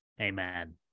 amen